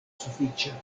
sufiĉa